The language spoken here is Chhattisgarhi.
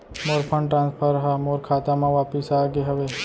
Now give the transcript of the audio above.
मोर फंड ट्रांसफर हा मोर खाता मा वापिस आ गे हवे